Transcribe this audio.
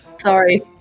Sorry